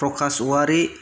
प्रकास औवारि